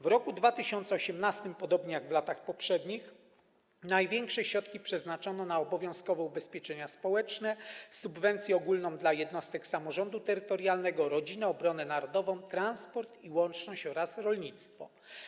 W 2018 r., podobnie jak w latach poprzednich, największe środki przeznaczono na obowiązkowe ubezpieczenia społeczne, subwencję ogólną dla jednostek samorządu terytorialnego, rodzinę, obronę narodową, transport i łączność oraz rolnictwo.